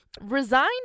Resigned